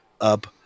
up